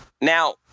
Now